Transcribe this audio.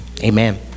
Amen